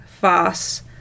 Foss